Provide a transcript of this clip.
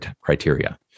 criteria